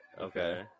Okay